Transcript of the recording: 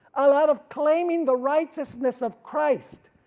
a lot of claiming the righteousness of christ,